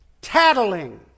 Tattling